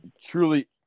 Truly